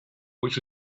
which